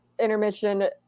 intermission